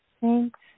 Thanks